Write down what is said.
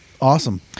Awesome